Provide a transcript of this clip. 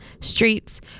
streets